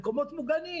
למצוא מקומות ממוגנים,